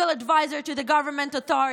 advisor to the government authorities,